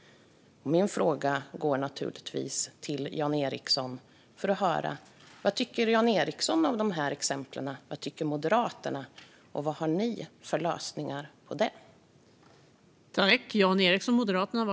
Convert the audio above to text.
Min fråga till Jan Ericson är därför: Vad tycker Jan Ericson om dessa exempel? Vad tycker Moderaterna, och vad har ni för lösningar på detta?